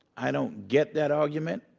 i don't get that argument.